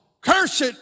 Cursed